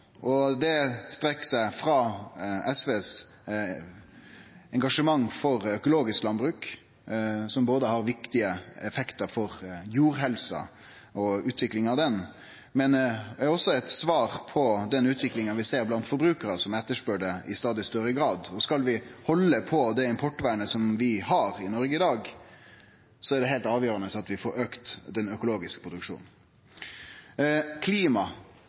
Det strekkjer seg frå SVs engasjement for økologisk landbruk, som ikkje berre har viktige effektar for jordhelsa og utviklinga av ho, men som også er eit svar på den utviklinga vi ser blant forbrukarane, som i stadig større grad etterspør det. Skal vi halde på det importvernet som vi har i Noreg i dag, er det heilt avgjerande at vi får auka den økologiske produksjonen.